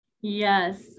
Yes